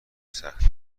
سختی